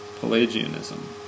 pelagianism